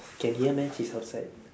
can hear meh she's outside